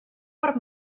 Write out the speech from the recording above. per